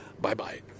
Bye-bye